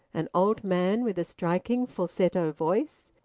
an old man with a striking falsetto voice,